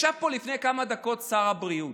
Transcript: ישב פה לפני כמה דקות שר הבריאות.